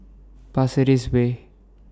Pasir Ris Way